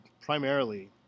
primarily